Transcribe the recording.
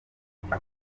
avuga